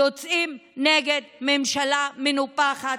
יוצאים נגד ממשלה מנופחת,